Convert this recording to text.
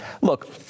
Look